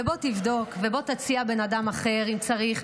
בוא תבדוק, בוא תציע אדם אחר אם צריך.